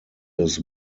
his